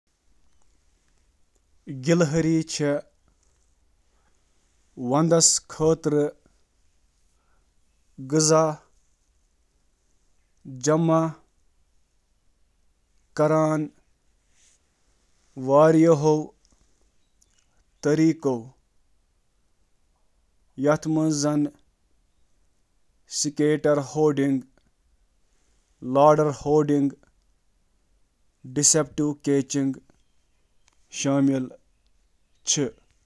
گلہٕ چھِ ونٛدٕ خٲطرٕ مختلف طریقو سۭتۍ کھین ذخیرٕ کٔرتھ تیار کران، یتھ منٛز گری دار میوے دفن کرٕنۍ، کیشنگ کونز تہٕ فریب دِنہٕ وٲلۍ کیشنگ شٲمِل چھِ۔